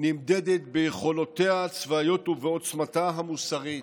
נמדדת ביכולותיה הצבאיות ובעוצמתה המוסרית.